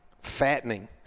Fattening